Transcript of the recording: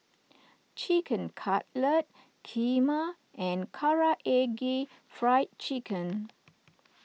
Chicken Cutlet Kheema and Karaage Fried Chicken